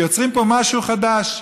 כי יוצרים פה משהו חדש.